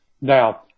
Now